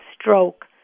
stroke